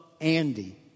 Andy